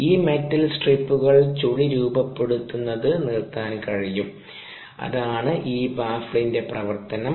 ഈ മെറ്റൽ സ്ട്രിപ്പുകൾ ചുഴി രൂപപ്പെടുന്നത് നിർത്താൻ കഴിയും അതാണ് ഈ ബഫലിന്റെ പ്രവർത്തനം